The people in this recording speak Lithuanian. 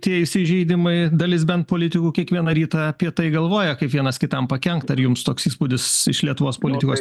tie įsižeidimai dalis bent politikų kiekvieną rytą apie tai galvoja kaip vienas kitam pakenkt ar jums toks įspūdis iš lietuvos politikos